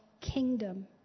kingdom